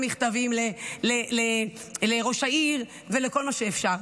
מכתבים לראש העיר ולכל מי שאפשר.